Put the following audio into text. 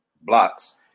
blocks